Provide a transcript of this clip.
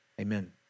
Amen